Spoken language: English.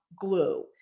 glue